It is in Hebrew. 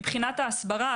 מבחינת ההסברה,